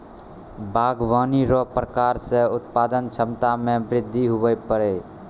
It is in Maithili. बागवानी रो प्रकार से उत्पादन क्षमता मे बृद्धि हुवै पाड़ै